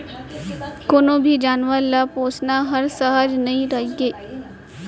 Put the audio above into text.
कोनों भी जानवर ल पोसना हर सहज नइ रइगे